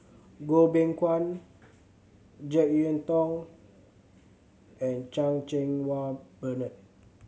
Goh Beng Kwan Jek Yeun Thong and Chan Cheng Wah Bernard